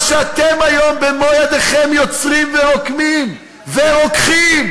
מה שאתם היום במו-ידיכם יוצרים ורוקמים ורוקחים,